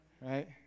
Right